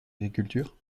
l’agriculture